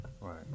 Right